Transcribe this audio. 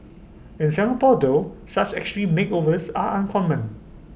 in Singapore though such extreme makeovers are uncommon